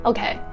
Okay